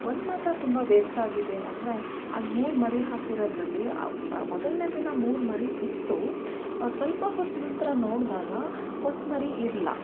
ಒಂದು ಮಾತ್ರ ತುಂಬ ಬೇಸರ ಆಗಿದ್ದೇನಂದರೆ ಅದು ಮೂರು ಮರಿ ಹಾಕಿರೋದರಲ್ಲಿ ಮೊದಲನೇ ದಿನ ಮೂರು ಮರಿ ಇತ್ತು ಸ್ವಲ್ಪ ಹೊತ್ತು ನಂತರ ನೋಡಿದಾಗ ಒಂದು ಮರಿ ಇರ್ಲಾ